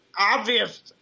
obvious